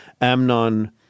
Amnon